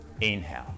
Inhale